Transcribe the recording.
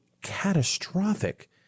catastrophic